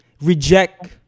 reject